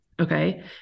okay